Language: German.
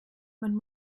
man